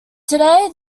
today